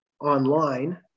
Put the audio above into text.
online